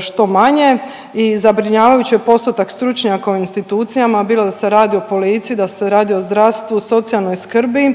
što manje i zabrinjavajuće postotak stručnjaka u institucijama, bilo da se radi o policiji, da se radi o zdravstvu, socijalnoj skrbi